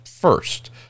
first